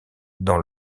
dans